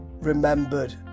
remembered